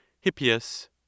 Hippias